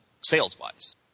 sales-wise